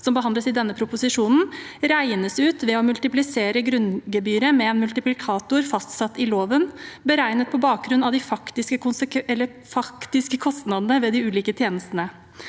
som behandles i denne proposisjonen – regnes ut ved å multiplisere grunngebyret med en multiplikator fastsatt i loven, beregnet på bakgrunn av de faktiske kostnadene ved de ulike tjenestene.